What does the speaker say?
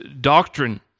doctrine